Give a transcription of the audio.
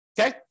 okay